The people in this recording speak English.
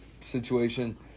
situation